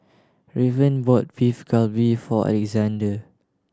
Raven bought Beef Galbi for Alexandr